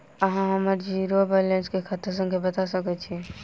अहाँ हम्मर जीरो वा बैलेंस केँ खाता संख्या बता सकैत छी?